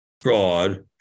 fraud